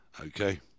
Okay